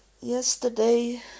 yesterday